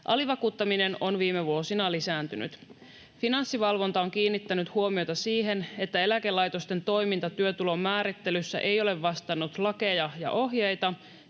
Alivakuuttaminen on viime vuosina lisääntynyt. Finanssivalvonta on kiinnittänyt huomiota siihen, että eläkelaitosten toiminta työtulon määrittelyssä ei ole vastannut lakeja ja ohjeita,